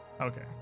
Okay